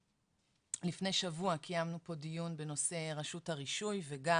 לפני שבוע קיימנו פה דיון בנושא רשות הרישוי וגם